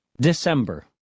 December